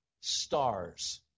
stars